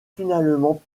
finalement